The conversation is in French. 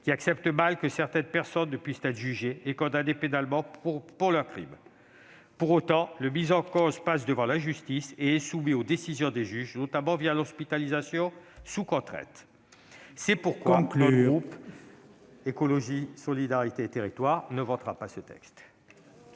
acceptant mal que certaines personnes ne puissent être jugées et condamnées pénalement pour leurs crimes. Pour autant, le mis en cause passe devant la justice et il est soumis aux décisions des juges, notamment l'hospitalisation sous contrainte. Pour toutes ces raisons, le groupe Écologiste - Solidarité et Territoires ne votera pas ce texte.